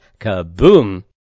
Kaboom